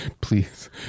Please